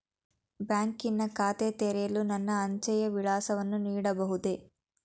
ಬ್ಯಾಂಕಿನ ಖಾತೆ ತೆರೆಯಲು ನನ್ನ ಅಂಚೆಯ ವಿಳಾಸವನ್ನು ನೀಡಬಹುದೇ?